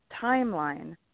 timeline